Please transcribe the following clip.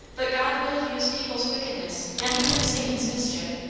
but god will use people's wickedness, and even satan's mischief,